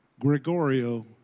Gregorio